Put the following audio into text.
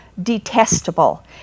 detestable